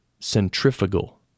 centrifugal